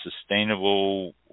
sustainable